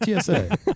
TSA